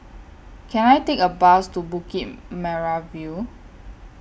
Can I Take A Bus to Bukit Merah View